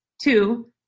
Two